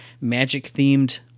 magic-themed